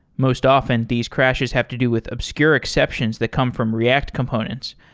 most often, these crashes have to do with obscure exceptions that come from react components,